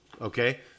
Okay